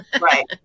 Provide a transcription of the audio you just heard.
right